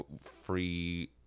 free